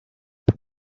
let